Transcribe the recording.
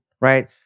Right